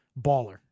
baller